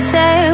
say